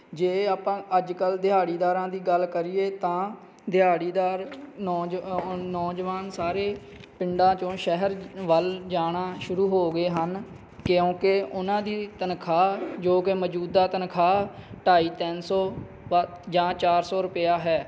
ਜੇ ਆਪਾਂ ਅੱਜ ਕੱਲ੍ਹ ਦਿਹਾੜੀਦਾਰਾਂ ਦੀ ਗੱਲ ਕਰੀਏ ਤਾਂ ਦਿਹਾੜੀਦਾਰ ਨੌਜ ਹੁਣ ਨੌਜਵਾਨ ਸਾਰੇ ਪਿੰਡਾਂ ਚੋਂ ਸ਼ਹਿਰ ਵੱਲ ਜਾਣਾ ਸ਼ੁਰੂ ਹੋ ਗਏ ਹਨ ਕਿਉਂਕਿ ਉਹਨਾਂ ਦੀ ਤਨਖਾਹ ਜੋ ਕਿ ਮੌਜੂਦਾ ਤਨਖਾਹ ਢਾਈ ਤਿੰਨ ਸੌ ਜ ਜਾਂ ਚਾਰ ਸੌ ਰੁਪਿਆ ਹੈ